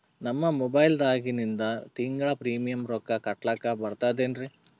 ನಮ್ಮ ಮೊಬೈಲದಾಗಿಂದ ತಿಂಗಳ ಪ್ರೀಮಿಯಂ ರೊಕ್ಕ ಕಟ್ಲಕ್ಕ ಬರ್ತದೇನ್ರಿ?